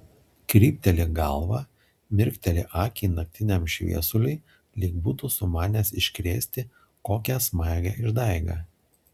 krypteli galvą mirkteli akį naktiniam šviesuliui lyg būtų sumanęs iškrėsti kokią smagią išdaigą